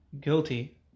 guilty